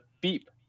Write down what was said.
beep